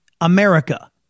america